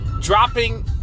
Dropping